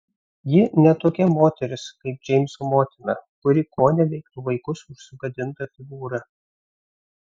ji ne tokia moteris kaip džeimso motina kuri koneveiktų vaikus už sugadintą figūrą